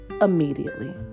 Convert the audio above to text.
immediately